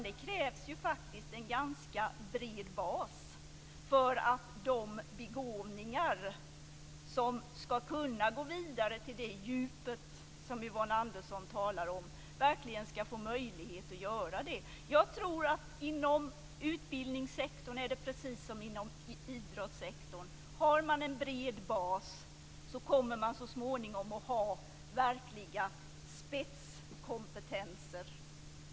Det krävs faktiskt en ganska bred bas för att de begåvningar som kan gå vidare till det djup som Yvonne Andersson talar om verkligen skall få möjlighet att göra det. Jag tror att det inom utbildningssektorn är precis som inom idrottssektorn. Har man en bred bas kommer man så småningom att ha verkliga spetskompetenser.